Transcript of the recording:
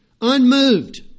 unmoved